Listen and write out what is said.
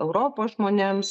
europos žmonėms